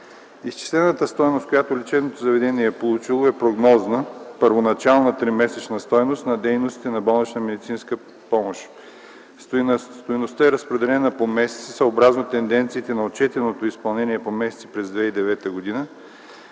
Изчислената стойност, която лечебното заведение е получило, е прогнозна – първоначална тримесечна стойност на дейностите на болнична медицинска помощ. Стойността е разпределена по месеци съобразно тенденцията на отчетеното изпълнение по месеците през 2009 г.